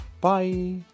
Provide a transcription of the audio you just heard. Bye